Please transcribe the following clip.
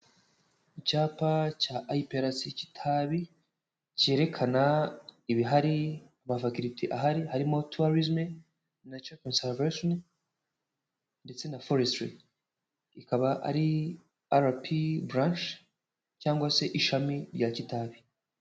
Icyapa cya IPRC Kitabi cyerekana ibihari amafakilite ahari, harimo tourism, natural conservation ndetse na forestry, ikaba ari rp branch cyangwa se ishami rya Kitabi.